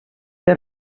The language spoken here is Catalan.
que